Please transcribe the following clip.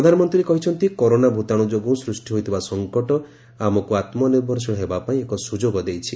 ପ୍ରଧାନମନ୍ତ୍ରୀ କହିଛନ୍ତି କରୋନା ଭୂତାଣୁ ଯୋଗୁଁ ସ୍ପଷ୍ଟି ହୋଇଥିବା ସଂକଟ ଆମକୁ ଆତ୍ମନିର୍ଭରଶୀଳ ହେବା ପାଇଁ ଏକ ସୁଯୋଗ ଦେଇଛି